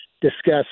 discuss